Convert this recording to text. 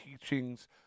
teachings